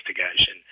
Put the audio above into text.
investigation